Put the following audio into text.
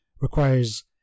requires